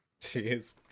Jeez